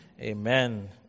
Amen